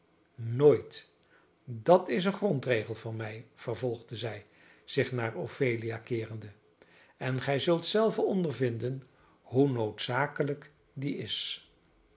nooit aan toe nooit dat is een grondregel van mij vervolgde zij zich naar ophelia keerende en gij zult zelve ondervinden hoe noodzakelijk die is